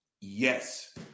yes